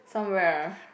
somewhere